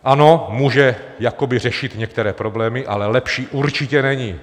Ano, může jakoby řešit některé problémy, ale lepší určitě není.